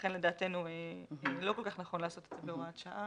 לכן לדעתנו לא כל כך נכון לעשות את החוק כהוראת שעה.